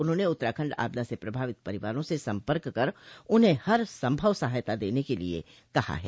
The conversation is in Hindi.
उन्होंने उत्तराखंड आपदा से प्रभावित परिवारों से सम्पर्क कर उन्हें हर संभव सहायता देने के लिये कहा है